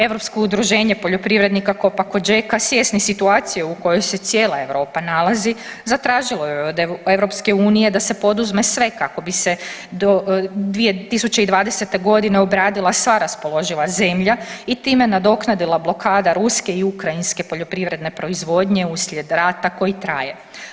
Europsko udruženje poljoprivrednika COPA COGECA svjesni situacije u kojoj se cijela Europa nalazi zatražilo je od EU da se poduzme sve kako bi se do 2020. godine obradila sva raspoloživa zemlja i time nadoknadila blokada ruske i ukrajinske poljoprivredne proizvodnje uslijed rata koji traje.